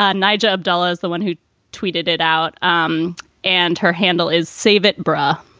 ah nigel abdullah is the one who tweeted it out. um and her handle is save it, bruh ah